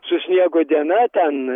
su sniego diena ten